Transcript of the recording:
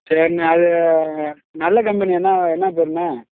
சரிண்ணே அது நல்ல கம்பெனியாண்ணே என்ன பேருண்ணே